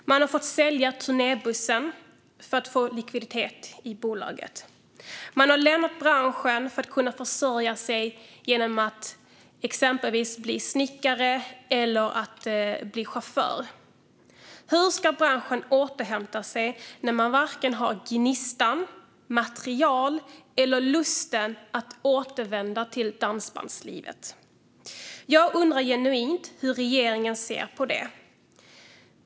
Man har fått sälja turnébussen för att få likviditet i bolaget. Man har lämnat branschen för att försörja sig genom att exempelvis bli snickare eller chaufför. Hur ska branschen återhämta sig när man varken har gnistan, material eller lusten att återvända till dansbandslivet? Jag undrar genuint hur regeringen ser på detta.